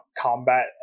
combat